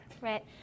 right